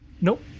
Nope